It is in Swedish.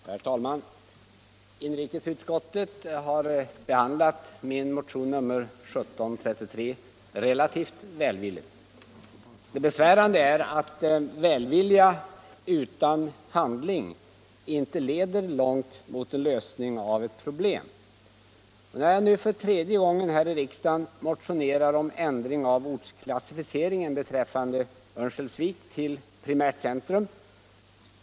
Herr talman! Inrikesutskottet har behandlat min motion, nr 1733, relativt välvilligt. Det besvärande är att välvilja utan handling inte leder långt på vägen mot en lösning av ett problem. Jag har i år för tredje gången här i riksdagen motionerat om en ändring av ortsklassificeringen av Örnsköldsvik till primärt centrum.